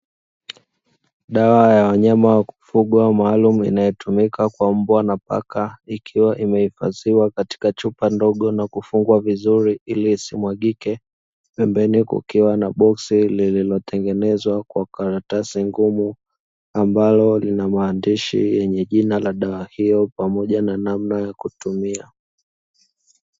Dawa ya wanyama wakufugwa maalum inayotumika kwa mbwa na paka, ikiwa imehifadhiwa katika chupa ndogo na kufungwa vizuri ili isimwagike, pembeni kukiwa na boksi lililotengenezwa kwa karatasi ngumu, ambalo lina maandishi yenye jina la dawa hiyo pamoja na namna ya kutumia.